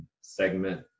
segment